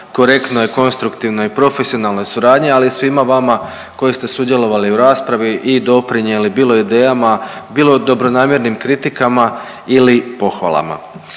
korektnoj, konstruktivnoj i profesionalnoj suradnji, ali i svima vama koji ste sudjelovali u raspravi i doprinijeli bilo idejama, bilo dobronamjernim kritikama ili pohvalama.